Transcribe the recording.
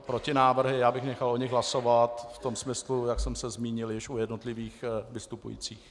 Protinávrhy já bych nechal o nich hlasovat v tom smyslu, jak jsem se zmínil už u jednotlivých vystupujících.